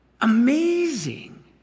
Amazing